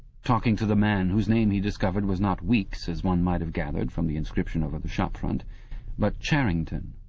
talking to the old man, whose name, he discovered, was not weeks as one might have gathered from the inscription over the shop-front but charrington.